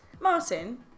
Martin